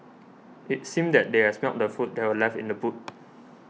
it seemed that they had smelt the food that were left in the boot